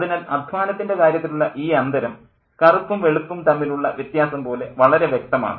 അതിനാൽ അദ്ധ്വാനത്തിൻ്റെ കാര്യത്തിലുള്ള ഈ അന്തരം കറുപ്പും വെളുപ്പും തമ്മിലുള്ള വ്യത്യാസം പോലെ വളരെ വ്യക്തമാണ്